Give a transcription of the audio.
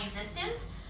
existence